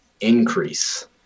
increase